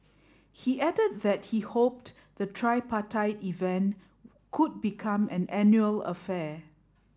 he added that he hoped the tripartite event could become an annual affair